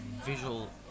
Visual